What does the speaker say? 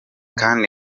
kandi